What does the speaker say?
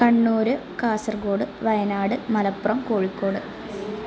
Kannur Kasaragod Wayanad Malappuram Kozhikode